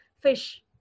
fish